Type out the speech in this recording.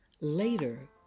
Later